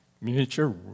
miniature